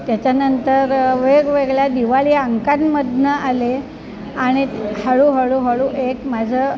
त्याच्यानंतर वेगवेगळ्या दिवाळी अंकांमधून आले आणि हळूहळूहळू एक माझं